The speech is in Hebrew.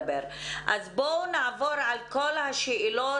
בואו נעבור על כל השאלות.